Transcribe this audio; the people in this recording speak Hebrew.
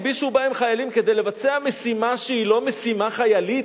הלבישו בהם חיילים כדי לבצע משימה שהיא לא משימה חיילית,